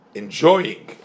enjoying